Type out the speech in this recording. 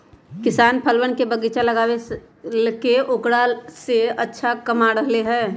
किसान फलवन के बगीचा लगाके औकरा से अच्छा कमा रहले है